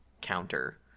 counter